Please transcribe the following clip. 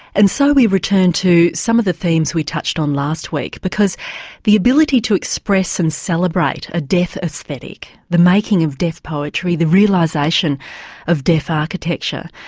and so we return to some of the themes we touched on last week, because the ability to express and celebrate a deaf aesthetic, the making of deaf poetry, the realisation of deaf architecture,